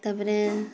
ତାପରେ